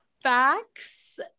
Facts